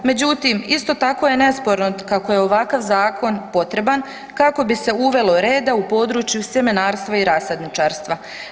Međutim, isto tako je nesporno kako je ovakav zakon potreban kako bi se uvelo reda u području sjemenarstva i rasadničarstva.